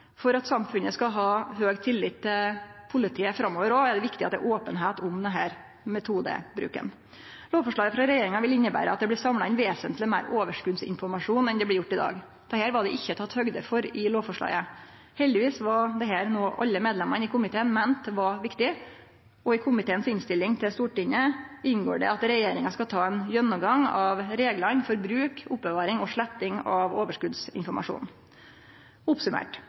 For at samfunnet skal ha høg tillit til politiet framover òg, er det viktig at det er openheit om denne metodebruken. Lovforslaget frå regjeringa vil innebere at det blir samla inn vesentleg meir overskotsinformasjon enn det blir gjort i dag. Dette var det ikkje teke høgd for i lovforslaget. Heldigvis var dette noko alle medlemene i komiteen meinte var viktig, og i komiteens innstilling til Stortinget inngår det at regjeringa skal ta ein gjennomgang av reglane for bruk, oppbevaring og sletting av overskotsinformasjon.